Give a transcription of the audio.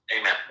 Amen